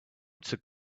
took